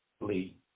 Lee